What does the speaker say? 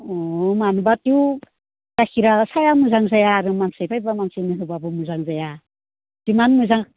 अ मानोबाथ' गाइखेरा साहाया मोजां जाया आरो मानसि फैबा मानसिनो होबाबो मोजां जाया जिमान मोजां